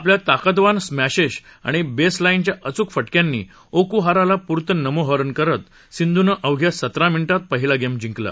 आपल्या ताकदवान स्मॅशेस आणि बेसलाईनच्या अचूक फटक्यांनी ओकुहाराला पुरतं नामोहरम करत सिंधुनं अवघ्या सतरा मिनिटात पहिला गेम जिंकला